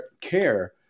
care